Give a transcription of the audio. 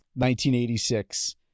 1986